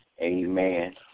Amen